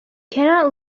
cannot